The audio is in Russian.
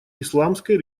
исламской